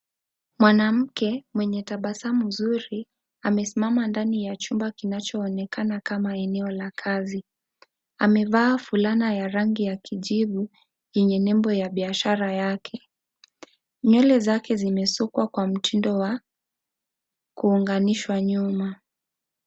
Mwanamke mwenye tabasamu nzuri amesimama ndani ya chumba kinachoonekana kama eneo la kazi. Amevaa fulana ya rangi ya kijivu yenye nembo ya biashara yake. Nywele zake zimesukwa kwa mtindo wa kuunganishwa nyuma.